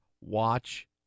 watch